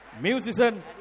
Musician